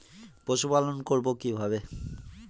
পশুপালন করব কিভাবে?